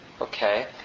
Okay